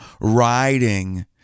riding